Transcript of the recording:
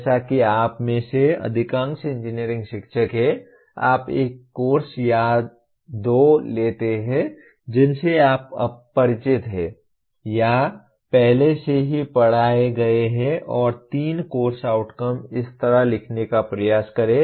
जैसा कि आप में से अधिकांश इंजीनियरिंग शिक्षक हैं आप एक कोर्स या दो लेते हैं जिनसे आप परिचित हैं या पहले से ही पढ़ाए गए हैं और तीन कोर्स आउटकम इस तरह लिखने का प्रयास करें